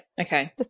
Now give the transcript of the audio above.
okay